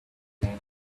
them